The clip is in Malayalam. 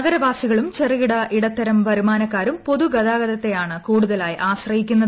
നഗരവാസികളും ചെറുകിട ഇടത്തരം വരുമാനക്കാരും പൊതു ഗതാഗത്തെയാണ് കൂടുതലായി ആശ്രയിക്കുന്നത്